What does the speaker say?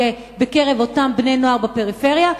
יהיה בקרב אותם בני-נוער בפריפריה,